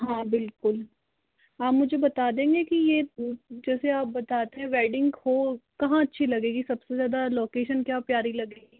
हाँ बिल्कुल हाँ मुझे बता देंगे की यह जैसे आप बताते वैडिंग हो कहाँ अच्छी लगेगी सबसे ज़्यादा लोकेशन क्या प्यारी लगेगी